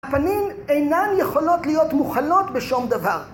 הפנים אינן יכולות להיות מוכנות בשום דבר